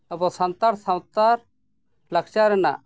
ᱟᱵᱚᱥᱟᱱᱛᱟᱲ ᱥᱟᱶᱛᱟ ᱞᱟᱠᱪᱟᱨ ᱨᱮᱱᱟᱜ